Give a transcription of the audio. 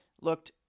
looked